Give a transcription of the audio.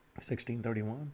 1631